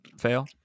Fail